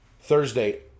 Thursday